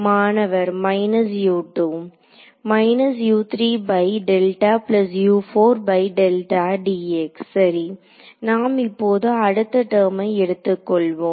மாணவர் minus U 2 சரி நாம் இப்போது அடுத்த டெர்மை எடுத்துக்கொள்வோம்